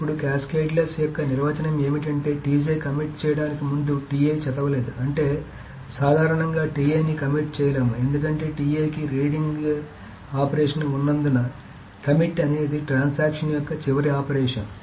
ఇప్పుడు క్యాస్కేడ్లెస్ యొక్క నిర్వచనం ఏమిటంటే కమిట్ చేయడానికి ముందు చదవలేదు అంటే సాధారణంగా ని కమిట్ చేయలేము ఎందుకంటే కి రీడింగ్ ఆపరేషన్ ఉన్నందున కమిట్ అనేది ట్రాన్సాక్షన్ యొక్క చివరి ఆపరేషన్